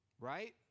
Right